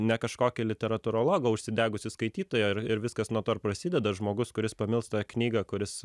ne kažkokį literatūrologą užsidegusi skaitytoją ir ir viskas nuo to ir prasideda žmogus kuris pamilstą knygą kuris